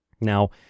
Now